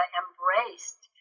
embraced